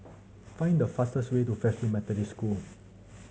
find the fastest way to Fairfield Methodist School